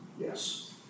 Yes